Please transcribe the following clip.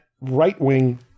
right-wing